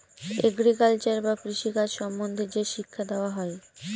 agriculture বা কৃষি কাজ সম্বন্ধে যে শিক্ষা দেওয়া হয়